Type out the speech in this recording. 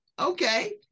Okay